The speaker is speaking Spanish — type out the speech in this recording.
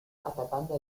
atacando